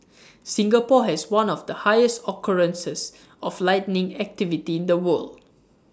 Singapore has one of the highest occurrences of lightning activity in the world